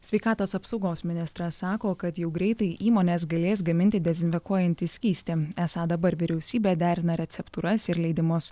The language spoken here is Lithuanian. sveikatos apsaugos ministras sako kad jau greitai įmonės galės gaminti dezinfekuojantį skystį esą dabar vyriausybė derina receptūras ir leidimus